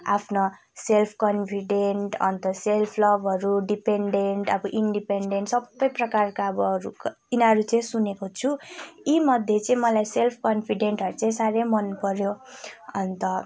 आफ्नो self confident अन्त self लभहरू डिपेन्डेन्ट अब इन्डिपेन्डेन्ट सबै प्रकारका अब अरू यिनीहरू चाहिँ सुनेको छु यी मध्ये चाहिँ मलाई सेल्फ कन्फिडेन्टहरू चाहिँ साह्रै मनपऱ्यो अन्त